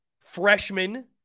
freshman